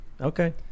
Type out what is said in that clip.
okay